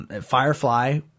Firefly